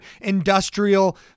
Industrial